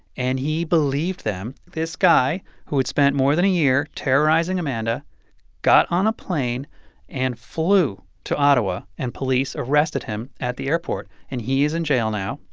and he believed them. this guy who had spent more than a year terrorizing amanda got on a plane and flew to ottawa. and police arrested him at the airport. and he is in jail now.